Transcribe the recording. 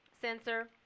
sensor